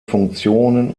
funktionen